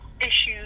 issues